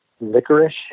Licorice